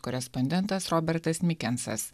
korespondentas robertas mikencas